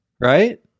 right